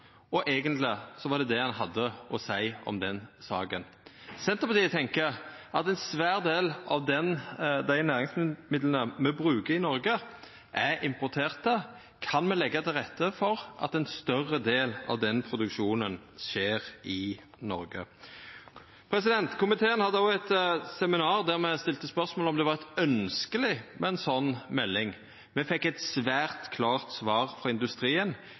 og eigentleg var det det han hadde å seia om den saka. Senterpartiet tenkjer at ein svær del av dei næringsmidlane me bruker i Noreg, er importerte. Kan me leggja til rette for at ein større del av den produksjonen skjer i Noreg? Komiteen hadde eit seminar der me stilte spørsmål om det var ønskjeleg med ei sånn melding. Me fekk eit svært klart svar frå industrien: